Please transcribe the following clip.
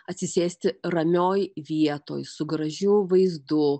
atsisėsti ramioj vietoj su gražiu vaizdu